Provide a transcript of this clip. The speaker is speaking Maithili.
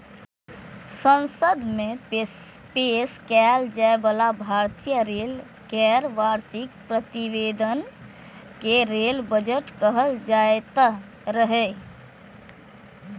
संसद मे पेश कैल जाइ बला भारतीय रेल केर वार्षिक प्रतिवेदन कें रेल बजट कहल जाइत रहै